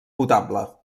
potable